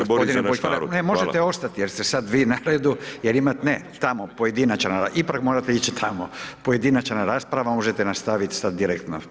G. Bulj ne, možete ostati jer ste sad vi na redu jer imate tamo pojedinačne ipak morate ići tamo, pojedinačna rasprava, možete nastaviti sad direktno.